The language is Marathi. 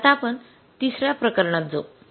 आता आपण तिसर्या प्रकरणात जाऊ